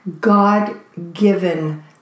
God-given